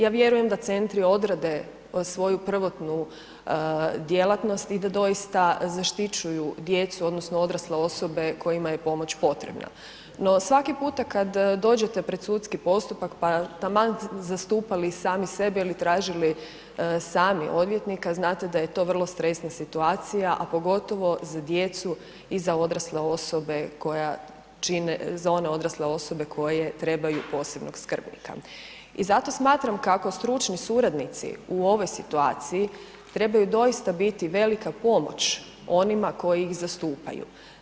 Ja vjerujem da centri odrade svoju prvotnu djelatnost i da doista zaštićuju djecu odnosno odrasle osobe kojima je pomoć potrebna, no svaki puta kada dođete pred sudski postupak pa, taman zastupali i sami sebe ili tražili sami odvjetnika, znate da je to vrlo stresna situacija, a pogotovo za djecu i za odrasle osobe koja čine, za one odrasle osobe koje trebaju posebnog skrbnika i zato smatram kako stručni suradnici u ovoj situaciji trebaju biti velika pomoć onima koji ih zastupaju.